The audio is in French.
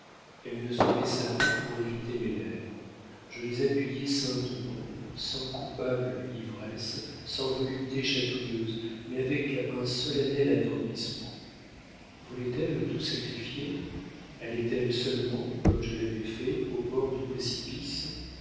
elle ne se baissa pas pour éviter mes lèvres je les appuyai saintement sans coupable ivresse sans volupté chatouilleuse mais avec un solennel attendrissement voulait-elle tout sacrifier allait-elle seulement comme je l'avais fait au bord du précipice